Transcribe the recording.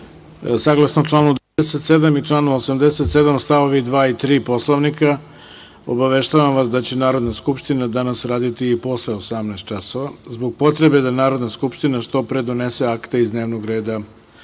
obliku. Saglasno članu 97. i članu 87. stavovi 2. i 3. Poslovnika, obaveštavam vas da će Narodna skupština danas raditi i posle 18.00 časova, zbog potrebe da Narodna skupština što pre donese akte iz dnevnog reda